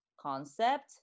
concept